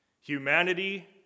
Humanity